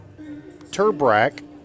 Turbrack